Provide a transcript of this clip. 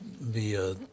via